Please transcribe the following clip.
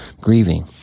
grieving